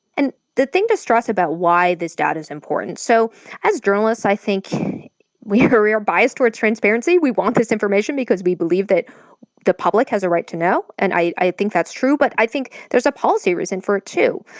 and the thing to stress about why this data's important, so as journalists, i think we have a really bias towards transparency. we want this information because we believe that the public has a right to know. and i i think that's true, but i think there's a policy reason for it too.